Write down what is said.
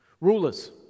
rulers